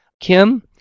Kim